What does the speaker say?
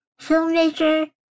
filmmaker